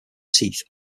teeth